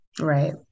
right